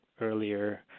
earlier